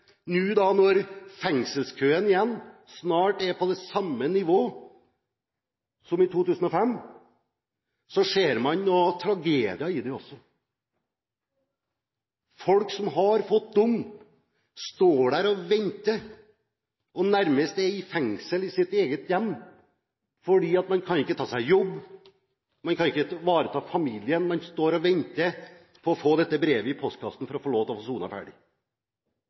nå når soningskøene igjen snart er på samme nivå som i 2005, så ser man noen tragedier. Folk som har fått dom, står der og venter og er nærmest i fengsel i sitt eget hjem, for man kan ikke ta seg jobb, man kan ikke ivareta familien. Man står og venter på å få dette brevet i postkassen for å få lov til å få sonet ferdig.